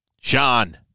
Sean